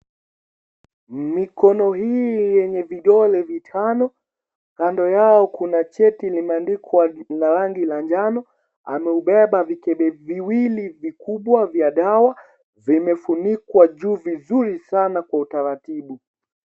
Mikono hii yenye vidole vitano, kando yao kuna cheti limeandikwa na rangi la njano ameubeba vikebe viwili vikubwa vya dawa vinefunikwa juu vizuri sana kwa utaratibu.